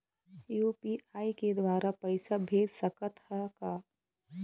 UPI के द्वारा पैसा भेज सकत ह का?